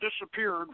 disappeared